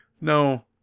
No